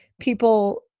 people